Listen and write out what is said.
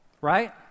Right